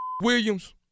Williams